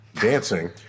dancing